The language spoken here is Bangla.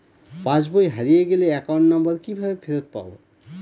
পাসবই হারিয়ে গেলে অ্যাকাউন্ট নম্বর কিভাবে ফেরত পাব?